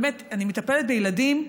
באמת, אני מטפלת בילדים,